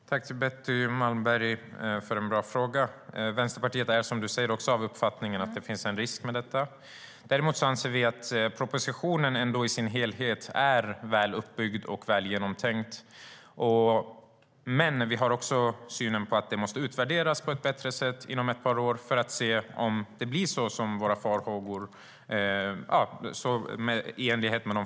Jag tackar Betty Malmberg för en bra fråga. Vänsterpartiet anser också att det finns en risk för detta, men vi menar att propositionen i sin helhet är väl uppbyggd och väl genomtänkt. Vi anser dock att det måste utvärderas inom ett par år för att se om våra farhågor infrias.